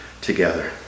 together